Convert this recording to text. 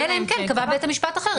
אלא אם כן קבע בית המשפט אחרת".